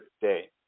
day